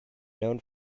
known